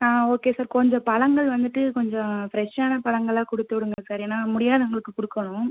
ஆ okay sir கொஞ்ச பழங்கள் வந்துவிட்டு கொஞ்சம் ஃப்ரெஷ்ஷான பழங்களாக கொடுத்து விடுங்கள் சார் ஏன்னா முடியாதவங்களுக்கு கொடுக்கணும்